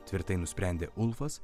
tvirtai nusprendė ulfas